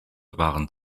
waren